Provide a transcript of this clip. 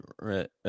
right